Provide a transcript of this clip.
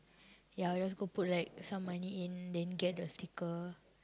ya I'll just go put like some money in then get the sticker